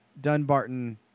dunbarton